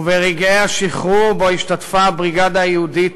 וברגעי השחרור שבהם השתתפה הבריגדה היהודית